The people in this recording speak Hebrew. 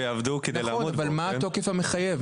מה התוקף המחייב?